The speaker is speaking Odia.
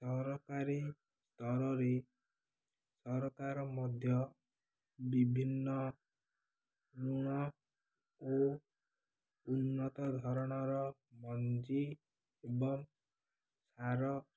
ସରକାରୀ ସ୍ତରରେ ସରକାର ମଧ୍ୟ ବିଭିନ୍ନ ଋଣ ଓ ଉନ୍ନତ ଧରଣର ମଞ୍ଜି ଏବଂ ସାର